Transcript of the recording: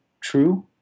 true